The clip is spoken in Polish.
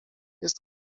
jest